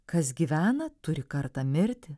kas gyvena turi kartą mirti